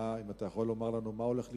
האם אתה יכול לומר לנו מה הולך לקרות?